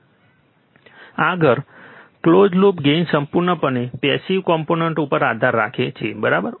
આગળ close loop gain સંપૂર્ણપણે passive component ઉપર આધાર રાખે છે બરાબર